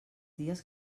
dies